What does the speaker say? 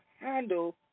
handle